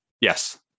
Yes